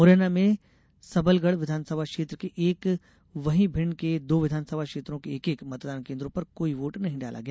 मुरैना में सबलगढ़ विधानसभा क्षेत्र के एक वहीं भिण्ड के दो विधानसभा क्षेत्रों के एक एक मतदान केन्द्रों पर कोई वोट नहीं डाला गया